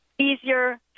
easier